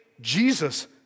Jesus